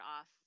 off